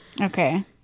Okay